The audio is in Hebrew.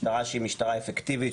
משטרה שהיא משטרה אפקטיבית,